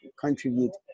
contribute